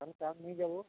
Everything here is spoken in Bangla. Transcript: তাহলে কাল নিই যাবো